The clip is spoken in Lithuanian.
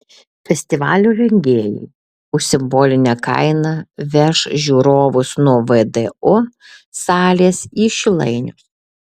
festivalio rengėjai už simbolinę kainą veš žiūrovus nuo vdu salės į šilainius